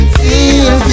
feel